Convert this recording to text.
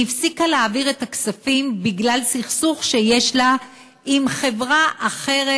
היא הפסיקה להעביר את הכספים בגלל סכסוך שיש לה עם חברה אחרת,